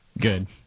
Good